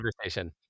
conversation